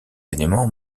éléments